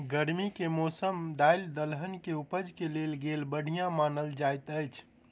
गर्मी केँ मौसम दालि दलहन केँ उपज केँ लेल केल बढ़िया मानल जाइत अछि?